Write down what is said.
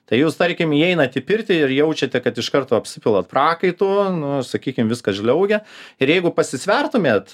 tai jūs tarkim įeinat į pirtį ir jaučiate kad iš karto apsipilat prakaitu nu sakykim viskas žliaugia ir jeigu pasisvertumėt